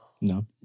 No